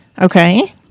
Okay